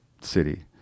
city